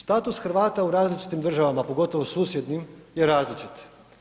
Status Hrvata u različitim državama, pogotovo susjednim je različit.